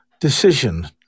decision